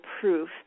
proof